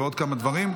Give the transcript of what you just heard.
ועוד כמה דברים.